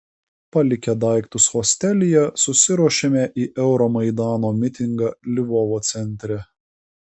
palikę daiktus hostelyje susiruošėme į euromaidano mitingą lvovo centre